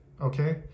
Okay